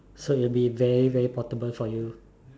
so it will be very very portable for you